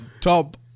top